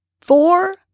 four